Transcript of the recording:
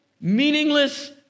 Meaningless